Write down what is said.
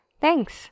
thanks